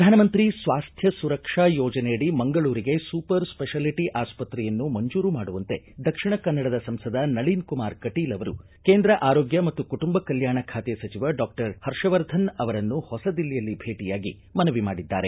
ಪ್ರಧಾನ ಮಂತ್ರಿ ಸ್ವಾಸ್ಥ್ಯ ಸುರಕ್ಷಾ ಯೋಜನೆಯಡಿ ಮಂಗಳೂರಿಗೆ ಸೂಪರ್ ಸ್ವೆಷಾಲಿಟಿ ಆಸ್ವತ್ರೆಯನ್ನು ಮಂಜೂರು ಮಾಡುವಂತೆ ದಕ್ಷಿಣ ಕನ್ನಡದ ಸಂಸದ ನಳಿನ್ ಕುಮಾರ್ ಕಟೀಲ್ ಅವರು ಕೇಂದ್ರ ಆರೋಗ್ಯ ಮತ್ತು ಕುಟುಂಬ ಕಲ್ಕಾಣ ಖಾತೆ ಸಚಿವ ಡಾಕ್ಟರ್ ಹರ್ಷವರ್ಧನ್ ಅವರನ್ನು ಹೊಸ ದಿಲ್ಲಿಯಲ್ಲಿ ಭೇಟಿಯಾಗಿ ಮನವಿ ಮಾಡಿದ್ದಾರೆ